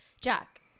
Jack